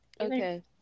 okay